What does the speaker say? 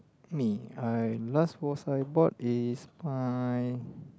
me I last was I bought is I